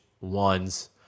ones